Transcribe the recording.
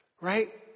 Right